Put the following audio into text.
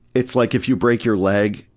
it's like if you break your leg,